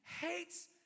hates